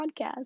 podcast